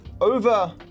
over